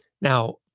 Now